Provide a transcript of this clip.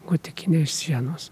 gotikinės sienos